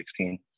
2016